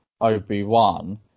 Obi-Wan